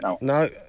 no